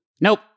Nope